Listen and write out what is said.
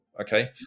Okay